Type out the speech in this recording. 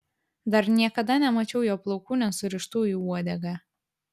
dar niekada nemačiau jo plaukų nesurištų į uodegą